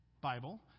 Bible